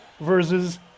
versus